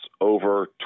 over